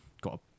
got